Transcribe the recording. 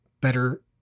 better